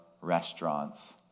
restaurants